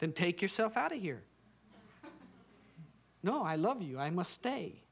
then take yourself out of here no i love you i must say